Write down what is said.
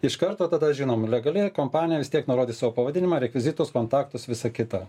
iš karto tada žinom legali kompanija vis tiek nurodys savo pavadinimą rekvizitus kontaktus visą kitą